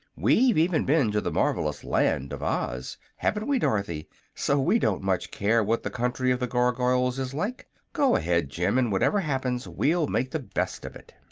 we've even been to the marvelous land of oz haven't we, dorothy so we don't much care what the country of the gargoyles is like. go ahead, jim, and whatever happens we'll make the best of it.